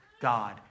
God